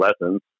lessons